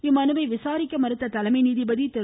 இம்மனுவை விசாரிக்க மறுத்த தலைமை நீதிபதி திரு